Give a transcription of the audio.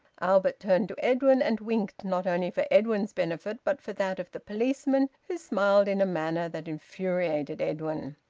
albert turned to edwin and winked, not only for edwin's benefit but for that of the policeman, who smiled in a manner that infuriated edwin.